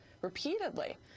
repeatedly